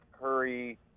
Curry